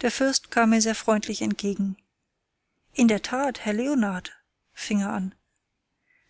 der fürst kam mir sehr freundlich entgegen in der tat herr leonard fing er an